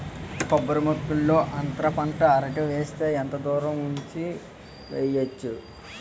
కొబ్బరి మొక్కల్లో అంతర పంట అరటి వేస్తే ఎంత దూరం ఉంచి వెయ్యొచ్చు?